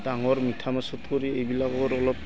ডাঙৰ মিঠা মাছত কৰি এইবিলাকৰ অলপ